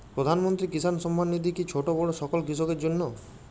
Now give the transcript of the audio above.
প্রধানমন্ত্রী কিষান সম্মান নিধি কি ছোটো বড়ো সকল কৃষকের জন্য?